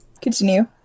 Continue